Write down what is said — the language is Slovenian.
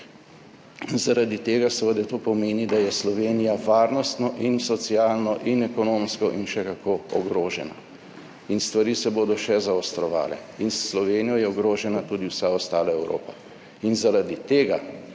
zaradi tega seveda to pomeni, da je Slovenija varnostno in socialno in ekonomsko in še kako ogrožena. In stvari se bodo še zaostrovale. In s Slovenijo je ogrožena tudi vsa ostala Evropa.